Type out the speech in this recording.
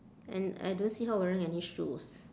and I don't see her wearing any shoes